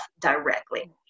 directly